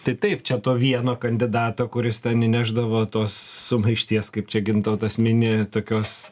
tai taip čia to vieno kandidato kuris ten įnešdavo tos sumaišties kaip čia gintautas mini tokios